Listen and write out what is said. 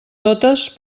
totes